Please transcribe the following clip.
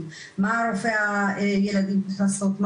מה רופא הילדים צריך לעשות,